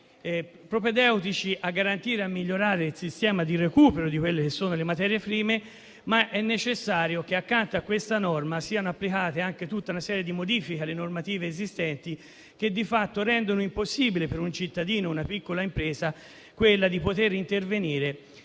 propedeutici a garantire e migliorare il sistema di recupero delle materie prime. È inoltre necessario che, accanto a questa norma, sia applicata anche tutta una serie di modifiche alle normative esistenti, visto che di fatto rendono impossibile per un singolo cittadino o una piccola impresa poter intervenire